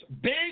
Big